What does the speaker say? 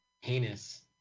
heinous